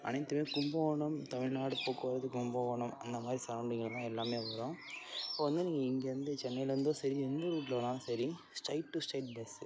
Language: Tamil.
அனைத்துமே கும்பகோணம் தமிழ்நாடு போக்குவரத்து கும்பகோணம் அந்தமாதிரி சரௌண்டிங்கில் தான் எல்லாமே வரும் இப்போது வந்து நீங்கள் இங்கேருந்து சென்னைலேருந்தும் சரி எந்த ரூட்டில் வேணாலும் சரி ஸ்டெயிட் டு ஸ்டெயிட் பஸ்ஸு